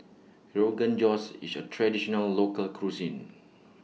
Rogan Josh IS A Traditional Local Cuisine